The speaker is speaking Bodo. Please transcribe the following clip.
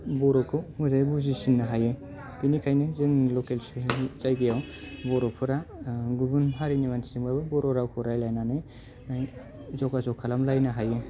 बर'खौ मोजाङै बुजिसिननो हायो बेनिखायनो जों लकेल सोहोरनि जायगायाव बर'फोरा ओ गुबुन हारिनि मानसिजोंबाबो बर' रावखौ रायलायनानै जगाजग खालामलायनो हायो